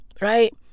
right